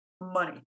money